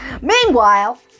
Meanwhile